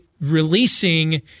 releasing